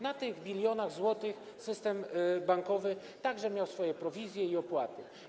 Na tych bilionach złotych system bankowy także zyskiwał swoje prowizje i opłaty.